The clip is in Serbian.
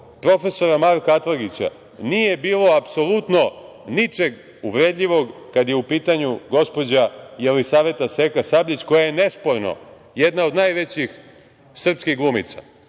profesora Marka Atlagića nije bilo apsolutno ničeg uvredljivog kada je u pitanju gospođa Jelisaveta Seka Sabljić, koja je nesporno jedna od najvećih srpskih glumica.